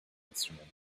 instrument